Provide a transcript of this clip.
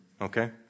Okay